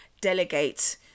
Delegate